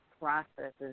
processes